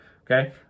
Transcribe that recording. Okay